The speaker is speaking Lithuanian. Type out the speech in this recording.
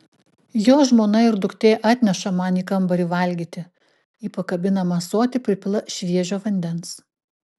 jo žmona ir duktė atneša man į kambarį valgyti į pakabinamą ąsotį pripila šviežio vandens